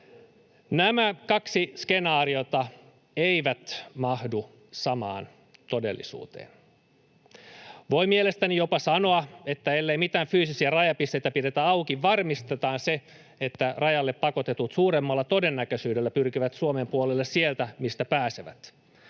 Nämä kaksi skenaariota eivät mahdu samaan todellisuuteen. Voi mielestäni jopa sanoa, että ellei mitään fyysisiä rajapisteitä pidetä auki, varmistetaan se, että rajalle pakotetut suuremmalla todennäköisyydellä pyrkivät Suomen puolelle sieltä, mistä pääsevät.